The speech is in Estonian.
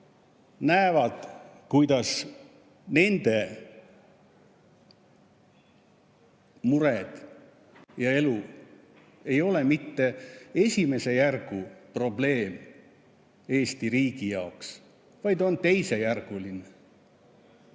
näevad, kuidas nende mured ja elu ei ole mitte esimese järgu probleem Eesti riigi jaoks, vaid on teisejärguline.